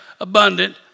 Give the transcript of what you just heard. abundant